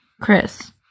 Chris